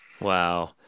Wow